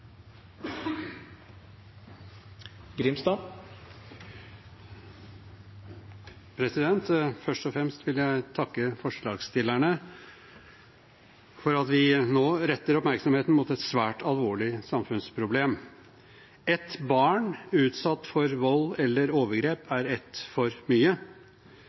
Først og fremst vil jeg takke forslagsstillerne for at vi nå retter oppmerksomheten mot et svært alvorlig samfunnsproblem. Ett barn utsatt for vold eller overgrep er ett for mye.